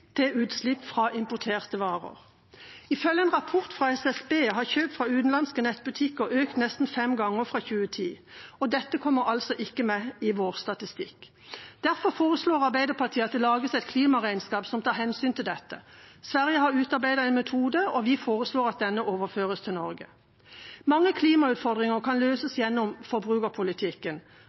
til utslipp fra importerte varer. Ifølge en rapport fra SSB har kjøp fra utenlandske nettbutikker økt med nesten femgangen fra 2010. Dette kommer ikke med i vår statistikk. Derfor foreslår Arbeiderpartiet at det lages et klimaregnskap som tar hensyn til dette. Sverige har utarbeidet en metode, og vi foreslår at denne metoden overføres til Norge. Mange klimautfordringer kan løses gjennom forbrukerpolitikken.